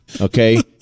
Okay